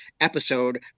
episode